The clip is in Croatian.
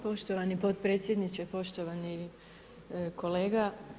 Poštovani potpredsjedniče, poštovani kolega.